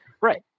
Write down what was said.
right